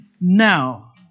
Now